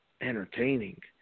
entertaining